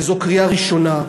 וזו קריאה ראשונה.